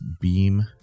BEAM